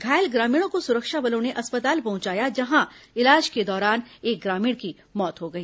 घायल ग्रामीणों को सुरक्षा बलों ने अस्पताल पहुंचाया जहां इलाज के दौरान एक ग्रामीण की मौत हो गई